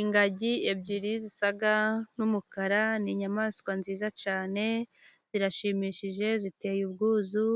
Ingagi ebyiri zisa n'umukara, ni inyamaswa nziza cyane, zirashimishije, ziteye ubwuzu.